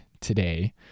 today